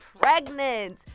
pregnant